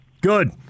Good